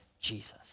Jesus